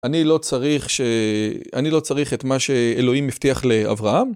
אני לא צריך את מה שאלוהים הבטיח לאברהם?